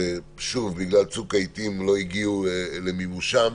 שבגלל צוק העתים לא הגיעו למימושן,